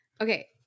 Okay